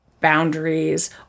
boundaries